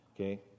okay